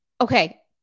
okay